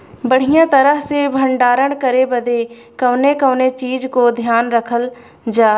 बढ़ियां तरह से भण्डारण करे बदे कवने कवने चीज़ को ध्यान रखल जा?